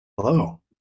Hello